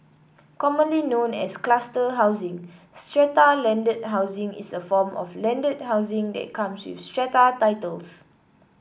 commonly known as cluster housing strata landed housing is a form of landed housing that comes with strata titles